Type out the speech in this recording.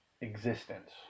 existence